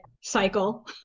cycle